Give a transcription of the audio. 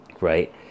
right